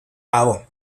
avon